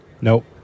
Nope